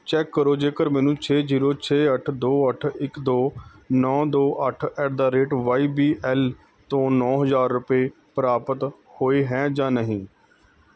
check ਕਰੋ ਜੇਕਰ ਮੈਨੂੰ ਛੇ ਜ਼ੀਰੋ ਛੇ ਅੱਠ ਦੋ ਅੱਠ ਇੱਕ ਦੋ ਨੌਂ ਦੋ ਅੱਠ at the rate Y B L ਤੋਂ ਨੌਂ ਹਜ਼ਾਰ ਰੁਪਏ ਪ੍ਰਾਪਤ ਹੋਏ ਹੈ ਜਾਂ ਨਹੀਂ